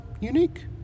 unique